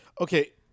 Okay